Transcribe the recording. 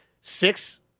six